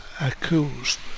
accused